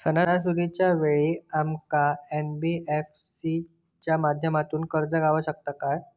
सणासुदीच्या वेळा आमका एन.बी.एफ.सी च्या माध्यमातून कर्ज गावात शकता काय?